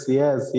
yes